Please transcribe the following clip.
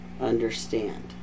understand